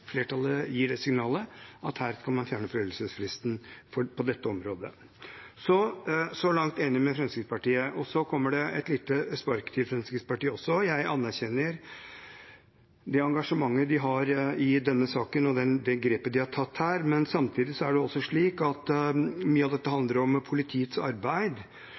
Flertallet gir et signal om at man kan fjerne foreldelsesfristen på dette området. Så langt er vi enig med Fremskrittspartiet, og så kommer det også et lite spark til Fremskrittspartiet. Jeg anerkjenner det engasjementet de har i denne saken, og det grepet de har tatt her, men samtidig er det også slik at mye av dette handler om politiets arbeid.